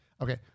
Okay